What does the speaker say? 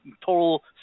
total